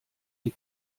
die